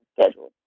schedule